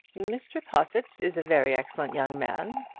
mr. possitt is a very excellent young man,